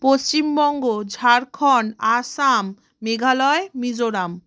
Paschimbanga Jharkhand Assam Meghalaya Mizoram